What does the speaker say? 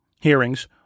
hearings